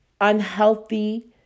unhealthy